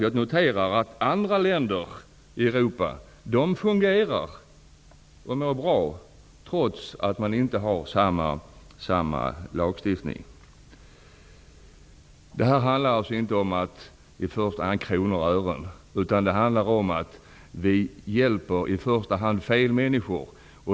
Jag noterar att andra länder i Europa fungerar och mår bra, trots att man inte har samma lagstiftning. Det här handlar alltså inte i första hand om kronor och öre. Det handlar om att vi hjälper fel människor.